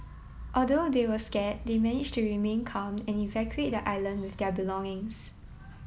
although they were scared they managed to remain calm and evacuate the island with their belongings